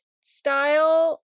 style